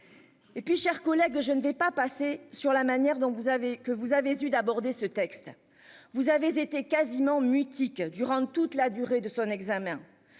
Et puis, chers collègues, je ne vais pas passer sur la manière dont vous avez que vous avez eu d'aborder ce texte. Vous avez été quasiment mutique durant toute la durée de son examen.